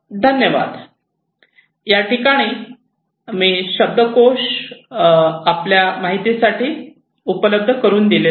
Thank you